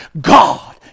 God